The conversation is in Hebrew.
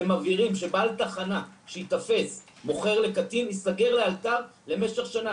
ומבהירים שבעל תחנה שייתפס מוכר לקטין ייסגר לאלתר למשך שנה.